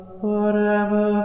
forever